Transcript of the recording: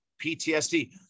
PTSD